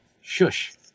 shush